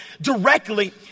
directly